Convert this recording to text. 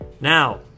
Now